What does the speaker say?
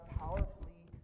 powerfully